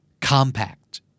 Compact